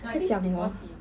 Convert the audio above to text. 这样讲我